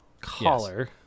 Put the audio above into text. collar